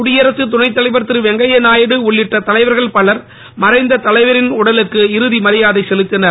குடியரசு துணைத் தலைவர் திரு வெங்கைய நாயுடு உள்ளிட்ட தலைவர்கள் பலர் மறைந்த தலைவரின் உடலுக்கு இறுதி மரியாதை செலுத்தினர்